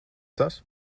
tas